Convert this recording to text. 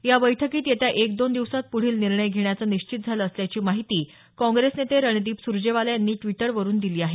या बैठकीत येत्या एक दोन दिवसात पुढील निर्णय घेण्याचं निश्चित झालं असल्याची माहिती काँग्रेस नेते रणदीप सुरजेवाला यांनी ड्विटरवरुन दिली आहे